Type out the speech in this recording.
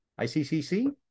iccc